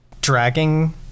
Dragging